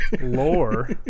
lore